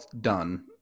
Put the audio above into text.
done